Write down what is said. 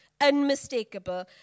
unmistakable